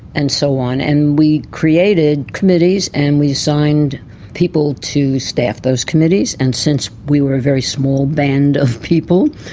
and so on, and we created committees and we assigned people to staff those committees. and since we were a very small band of people,